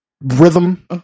rhythm